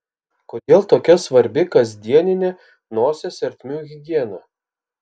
kodėl tokia svarbi kasdieninė nosies ertmių higiena